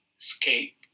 escape